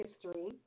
history